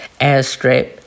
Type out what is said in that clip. airstrip